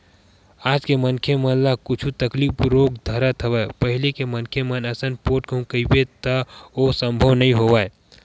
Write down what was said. आज के मनखे मन ल कुछु तकलीफ रोग धरत हवय पहिली के मनखे मन असन पोठ कहूँ होही कहिबे त ओ संभव नई होवय